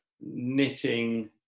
knitting